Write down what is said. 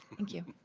thank you